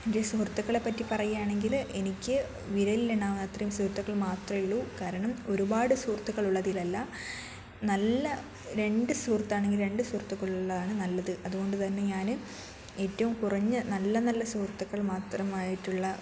എൻ്റെ സുഹൃത്തുക്കളെപ്പറ്റി പറയുകയാണെങ്കിൽ എനിക്ക് വിരലിൽ എണ്ണാവുന്നത്രയും സുഹൃത്തുക്കൾ മാത്രമേ ഉള്ളൂ കാരണം ഒരുപാട് സുഹൃത്തുക്കൾ ഉള്ളതിലല്ല നല്ല രണ്ട് സുഹൃത്ത് ആണെങ്കിൽ രണ്ട് സുഹൃത്തുക്കൾ ഉള്ളതാണ് നല്ലത് അതുകൊണ്ട് തന്നെ ഞാൻ ഏറ്റവും കുറഞ്ഞ നല്ല നല്ല സുഹൃത്തുക്കൾ മാത്രമായിട്ടുള്ള